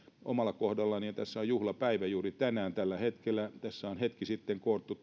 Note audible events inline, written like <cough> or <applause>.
omalla kohdallani tässä on juhlapäivä juuri tänään tällä hetkellä tässä on hetki sitten koottu <unintelligible>